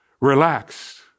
Relax